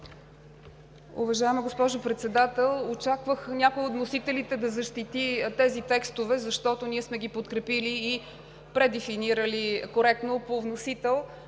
Уважаема госпожо Председател, очаквах някой от вносителите да защити тези текстове, защото ние сме ги подкрепили и предефинирали коректно по вносител.